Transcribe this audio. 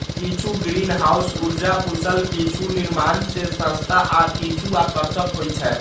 किछु ग्रीनहाउस उर्जा कुशल, किछु निर्माण मे सस्ता आ किछु आकर्षक होइ छै